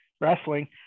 wrestling